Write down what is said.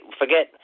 forget